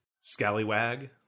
scallywag